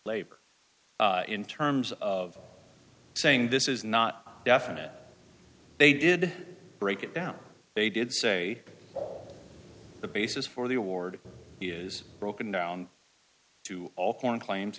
later in terms of saying this is not definite they did break it down they did say that the basis for the award is broken down to all foreign claims